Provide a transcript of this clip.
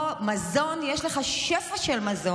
פה, מזון, יש לך שפע של מזון.